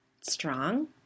Strong